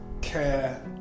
care